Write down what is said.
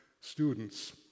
students